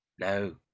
No